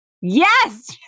Yes